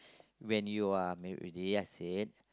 when you are maybe D_S_A